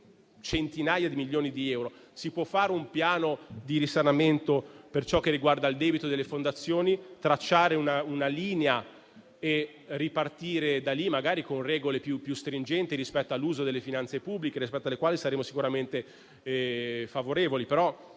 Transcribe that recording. centinaia di milioni di euro. Si potrebbe fare un piano di risanamento per ciò che riguarda il debito delle fondazioni, tracciare una linea e ripartire da lì, magari con regole più stringenti rispetto all'uso delle finanze pubbliche, rispetto alle quali saremmo sicuramente favorevoli.